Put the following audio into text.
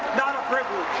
not a privilege.